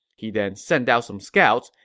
he then sent out some scouts,